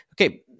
Okay